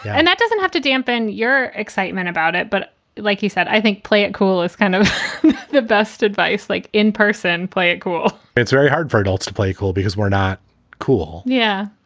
and that doesn't have to dampen your excitement about it. but like you said, i think play it cool is kind of the best advice. like in person. play it cool it's very hard for adults to play cool because we're not cool yeah.